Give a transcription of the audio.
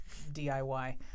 DIY